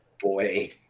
Boy